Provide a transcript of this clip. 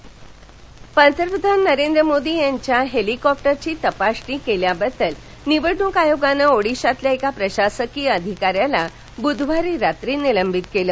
निलंबन पंतप्रधान नरेंद्र मोदी यांच्या हेलिकॉप्टरची तपासणी केल्याबद्दल निवडणूक आयोगानं ओडिशातल्या एका प्रशासकीय अधिकाऱ्याला बृधवारी रात्री निलंबित केलं